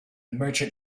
merchant